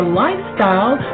lifestyle